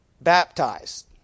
baptized